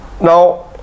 now